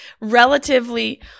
relatively